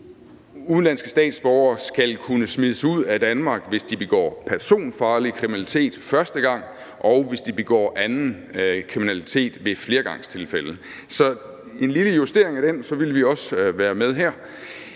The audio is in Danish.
udenlandske statsborgere skal kunne smides ud af Danmark, hvis de begår personfarlig kriminalitet første gang, og hvis de begår anden kriminalitet ved fleregangstilfælde. Så med en lille justering af det, ville vi også være med her.